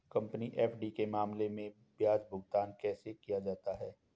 Company FD के मामले में ब्याज भुगतान कैसे किया जाता है?